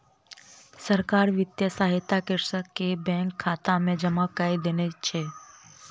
सरकार वित्तीय सहायता कृषक के बैंक खाता में जमा कय देने छै